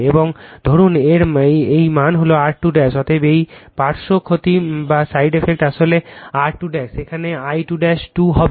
এবং ধরুন এই মান হল R2 অতএব এই পার্শ্ব ক্ষতি আসলে R2 সেখানে I2 2 হবে